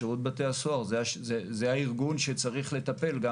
שירות בתי הסוהר זה הארגון שצריך לטפל גם